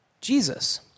Jesus